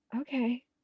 Okay